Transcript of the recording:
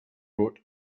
wrote